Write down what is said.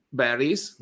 berries